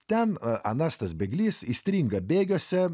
ten anas tas bėglys įstringa bėgiuose